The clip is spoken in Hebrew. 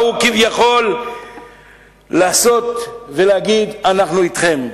באו כביכול להגיד: אנחנו אתכם.